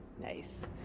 Nice